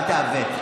אל תעוות.